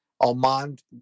Almond